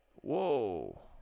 Whoa